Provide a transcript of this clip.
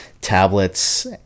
tablets